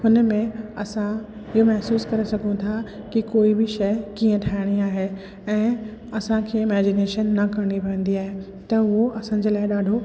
हुन में असां इहो महिसूस करे सघूं था कि कोई बि शइ कीअं ठाहिणी आहे ऐं असांखे इमेज़ीनेशन न करिणी पएंदी आहे त उहो असांजे लाइ ॾाढो